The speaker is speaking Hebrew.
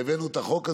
והבאנו את החוק הזה,